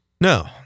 no